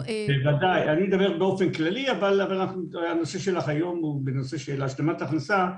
אני מדבר באופן כללי אבל בוודאי על אלה שמקבלים השלמת הכנסה.